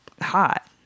hot